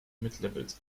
midlevels